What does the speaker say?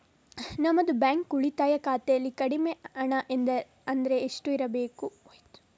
ನಮ್ಮದು ಬ್ಯಾಂಕ್ ಉಳಿತಾಯ ಖಾತೆಯಲ್ಲಿ ಕಡಿಮೆ ಹಣ ಅಂದ್ರೆ ಎಷ್ಟು ಇರಬೇಕು?